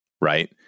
right